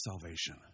salvation